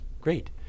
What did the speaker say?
great